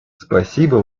спасибо